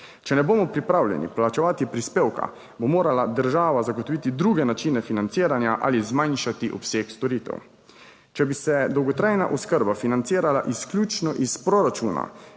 Če ne bomo pripravljeni plačevati prispevka, bo morala država zagotoviti druge načine financiranja ali zmanjšati obseg storitev. Če bi se dolgotrajna oskrba financirala izključno iz proračuna,